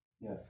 Yes